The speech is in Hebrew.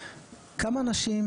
כמה אנשים